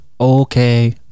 okay